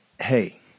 Hey